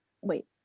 Wait